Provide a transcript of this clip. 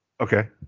Okay